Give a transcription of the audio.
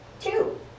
Two